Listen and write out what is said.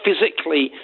Physically